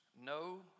no